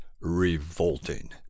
revolting